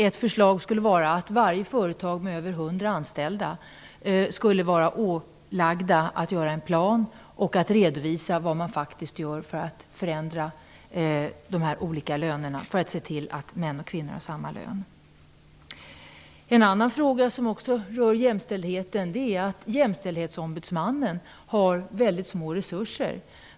Ett förslag skulle kunna vara att varje företag med över 100 anställda skulle vara ålagd att göra en plan och redovisa vad man faktiskt gör för att förändra lönerna för att se till att män och kvinnor har samma lön. En annan fråga som också rör jämställdheten är att jämställdhetsombudsmannen har väldigt små resurser.